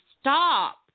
stop